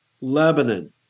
Lebanon